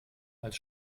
als